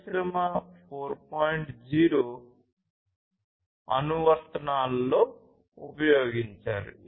0 అనువర్తనాలలో ఉపయోగించారు